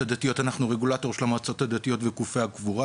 רגולטור של המועצות הדתיות וגופי הקבורה,